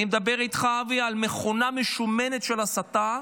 אני מדבר איתך, אבי, על מכונה משומנת של הסתה,